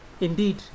Indeed